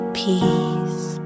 peace